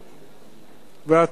ואתם שותקים.